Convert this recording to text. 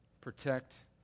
protect